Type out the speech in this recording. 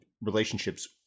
relationships